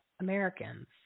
Americans